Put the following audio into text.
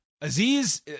Aziz